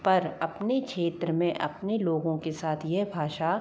पर अपने क्षेत्र में अपने लोगों के साथ यह भाषा